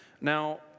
Now